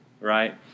right